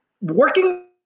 working